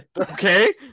Okay